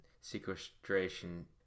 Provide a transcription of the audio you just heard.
sequestration